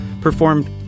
performed